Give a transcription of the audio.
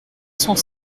cent